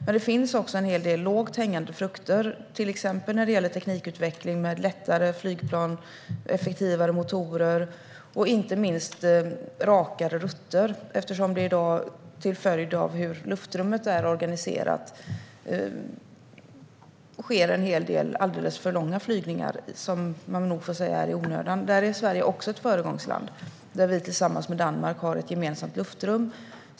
Men det finns också en hel del lågt hängande frukter, till exempel när det gäller teknikutveckling med lättare flygplan, effektivare motorer och inte minst rakare rutter. Det sker i dag till följd av hur luftrummet är organiserat en hel del alldeles för långa flygningar som man nog får säga är i onödan. Där är Sverige också ett föregångsland. Vi har tillsammans med Danmark ett gemensamt luftrum.